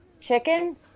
chicken